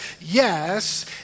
yes